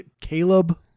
caleb